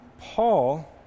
Paul